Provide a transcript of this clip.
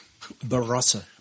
Barossa